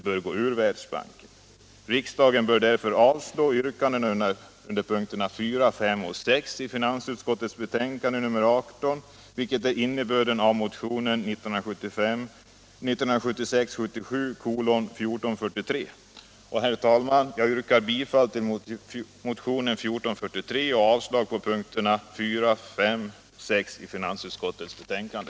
Jag yrkar bifall till motionen 1443 och avslag på punkterna 4, 5 och 6 i finansutskottets betänkande.